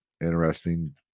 interesting